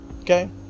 okay